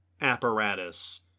apparatus